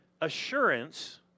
assurance